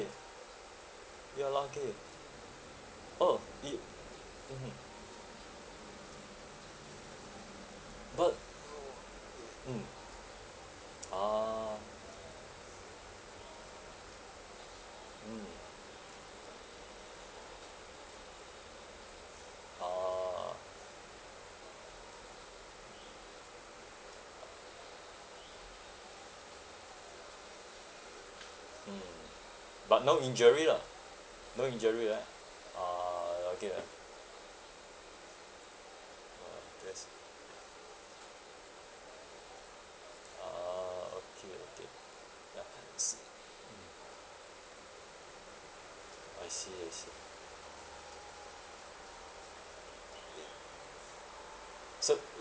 you're lucky orh it mmhmm but mm ah mm ah mm but no injury lah no injury right uh okay lah a'ah that's a'ah okay okay ya mm I see I see K so